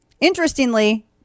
Interestingly